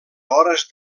hores